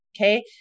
Okay